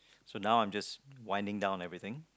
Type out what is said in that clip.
so now I'm just winding down everything